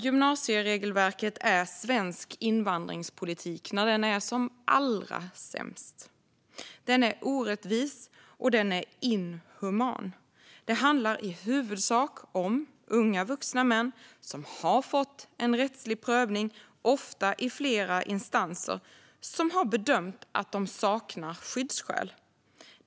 Gymnasieregelverket är svensk invandringspolitik när den är som allra sämst. Den är orättvis, och den är inhuman. Det handlar i huvudsak om unga vuxna män som har fått en rättslig prövning, ofta i flera instanser, där det har bedömts att de saknar skyddsskäl.